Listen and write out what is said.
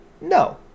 No